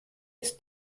ist